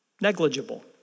negligible